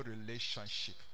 relationship